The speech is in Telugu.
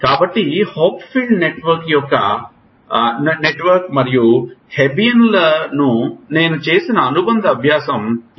కాబట్టి హాప్ఫీల్డ్ నెట్వర్క్ మరియు హేబియన్లకు నేను చేసిన అనుబంధ అభ్యాసం ఇది